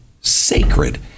sacred